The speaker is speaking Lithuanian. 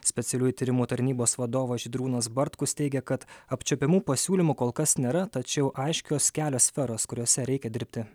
specialiųjų tyrimų tarnybos vadovas žydrūnas bartkus teigia kad apčiuopiamų pasiūlymų kol kas nėra tačiau aiškios kelios sferos kuriose reikia dirbti